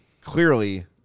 clearly